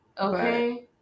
okay